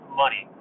money